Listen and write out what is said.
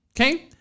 Okay